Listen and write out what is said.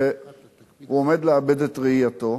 והוא עומד לאבד את ראייתו,